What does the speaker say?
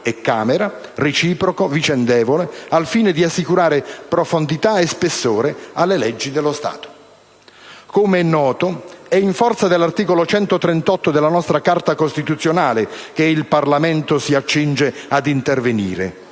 e Camera, reciproco, vicendevole, al fine di assicurare profondità e spessore alle leggi dello Stato. Come è noto, è in forza dell'articolo 138 della nostra Carta costituzionale che il Parlamento si accinge ad intervenire,